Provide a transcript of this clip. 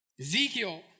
Ezekiel